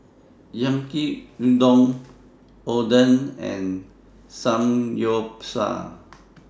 Yaki Udon Oden and Samgyeopsal